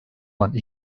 anda